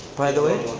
by the way?